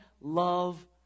love